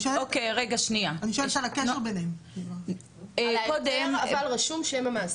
על ההיתר רשום שם המעסיק.